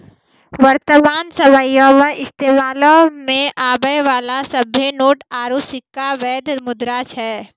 वर्तमान समयो मे इस्तेमालो मे आबै बाला सभ्भे नोट आरू सिक्का बैध मुद्रा छै